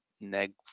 neg